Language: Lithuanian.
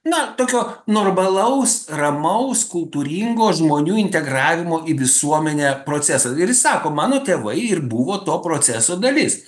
na tokio normalaus ramaus kultūringo žmonių integravimo į visuomenę procesą ir jis sako mano tėvai ir buvo to proceso dalis